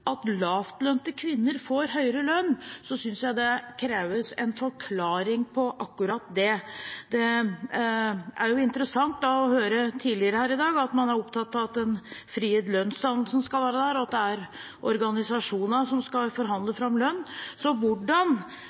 at lavtlønnede kvinner får høyere lønn, så syns jeg det krever en forklaring. Det var jo interessant å høre tidligere her i dag at man er opptatt av at den frie lønnsdannelsen skal være der, og at det er organisasjonene som skal forhandle fram lønn. Så hvordan